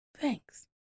thanks